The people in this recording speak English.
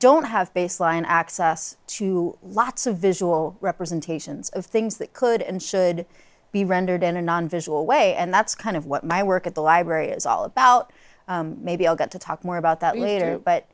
don't have baseline access to lots of visual representations of things that could and should be rendered in a non visual busy way and that's kind of what my work at the library is all about maybe i'll get to talk more about that later but